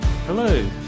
Hello